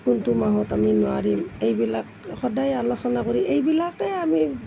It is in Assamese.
কোনটো মাহত আমি নোৱাৰিম এইবিলাক সদায় আলোচনা কৰি এইবিলাকেই আমি